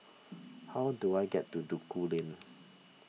how do I get to Duku Lane